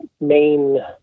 main